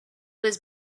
was